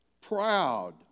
Proud